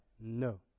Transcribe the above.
No